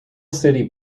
city